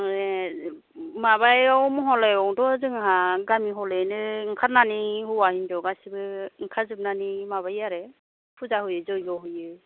ए माबायाव महालयआवथ' जोंहा गामि हलैनो ओंखारनानै हौवा हिन्जाव गासिबो ओंखारजोबनानै माबायो आरो फुजा होयो जैग्य होयो